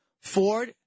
Ford